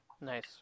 Nice